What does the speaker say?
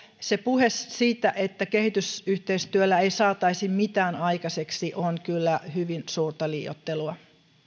se puhe siitä että kehitysyhteistyöllä ei saataisi mitään aikaiseksi on kyllä hyvin suurta liioittelua